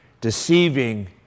deceiving